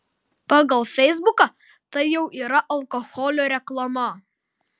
pagal feisbuką tai jau yra alkoholio reklama